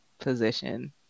position